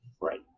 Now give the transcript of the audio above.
right